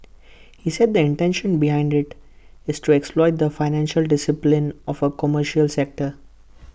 he said the intention behind IT is to exploit the financial discipline of A commercial sector